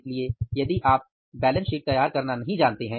इसलिए यदि आप चिट्ठा यानी बैलेंस शीट तैयार करना नहीं जानते हैं